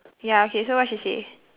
ya okay so what she say